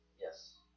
Yes